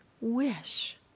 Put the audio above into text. wish